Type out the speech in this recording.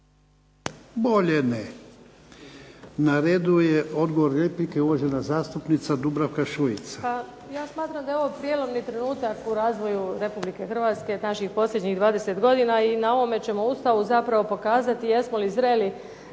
Bolje ne. Na redu odgovor na repliku, uvažena zastupnica Dubravka Šuica. Izvolite. **Šuica, Dubravka (HDZ)** Pa ja smatram da je ovo prijelomni trenutak u razvoju Republike Hrvatske naših posljednjih 20 godina i na ovom ćemo Ustavu zapravo pokazati jesmo li zreli